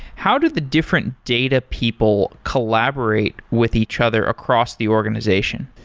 how do the different data people collaborate with each other across the organization?